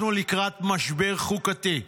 אנחנו לקראת משבר חוקתי.